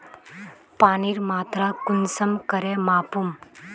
पानीर मात्रा कुंसम करे मापुम?